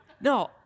No